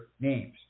names